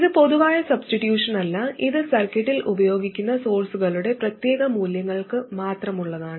ഇത് പൊതുവായ സബ്സ്റ്റിട്യൂഷനല്ല ഇത് സർക്യൂട്ടിൽ ഉപയോഗിക്കുന്ന സോഴ്സുകളുടെ പ്രത്യേക മൂല്യങ്ങൾക്ക് മാത്രമുള്ളതാണ്